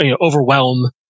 overwhelm